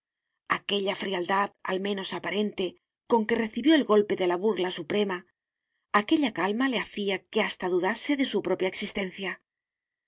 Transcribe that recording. aquella frialdad al menos aparente con que recibió el golpe de la burla suprema aquella calma le hacía que hasta dudase de su propia existencia